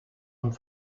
und